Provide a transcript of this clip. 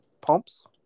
pumps